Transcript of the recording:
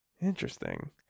Interesting